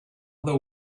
other